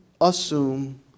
assume